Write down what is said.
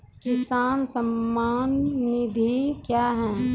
किसान सम्मान निधि क्या हैं?